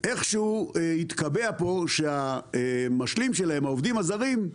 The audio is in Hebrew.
איך שהוא התקבע פה שהמשלים שלהם, העובדים הזרים,